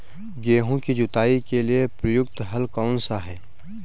गेहूँ की जुताई के लिए प्रयुक्त हल कौनसा है?